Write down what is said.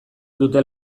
dute